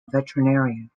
veterinarian